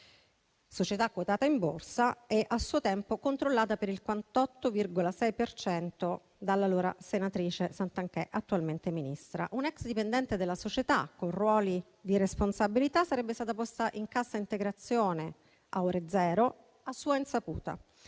società quotata in borsa e a suo tempo controllata, per il 48,6 per cento, dalla allora senatrice Santanchè, attualmente Ministro. Una *ex* dipendente della società, con ruoli di responsabilità, sarebbe stata posta in cassa integrazione a ore zero a sua insaputa.